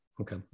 Okay